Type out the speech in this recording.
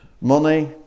money